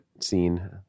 scene